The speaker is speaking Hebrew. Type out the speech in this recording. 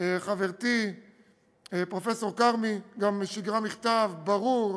חברתי פרופסור כרמי, גם שיגרה מכתב ברור